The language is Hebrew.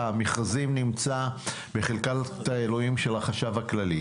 המכרזים נמצא בחלקת האלוהים של החשב הכללי.